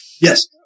Yes